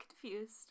confused